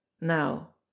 Now